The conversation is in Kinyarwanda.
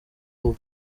ubu